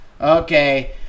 Okay